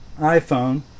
iPhone